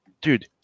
dude